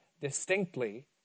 distinctly